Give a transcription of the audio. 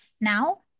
now